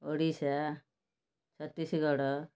Odisha Chhattisgarh